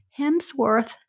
Hemsworth